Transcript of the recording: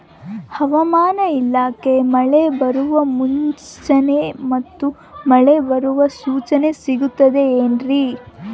ಹವಮಾನ ಇಲಾಖೆ ಮಳೆ ಬರುವ ಮುನ್ಸೂಚನೆ ಮತ್ತು ಮಳೆ ಬರುವ ಸೂಚನೆ ಸಿಗುತ್ತದೆ ಏನ್ರಿ?